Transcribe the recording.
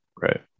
Right